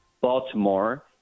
Baltimore